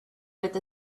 with